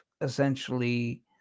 essentially